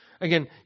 Again